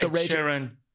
Sharon